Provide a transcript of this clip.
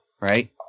right